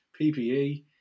PPE